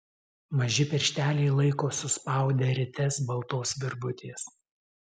maži piršteliai laiko suspaudę rites baltos virvutės